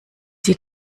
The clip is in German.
sie